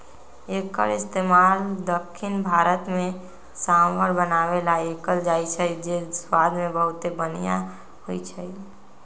एक्कर इस्तेमाल दख्खिन भारत में सांभर बनावे ला कएल जाई छई जे स्वाद मे बहुते बनिहा होई छई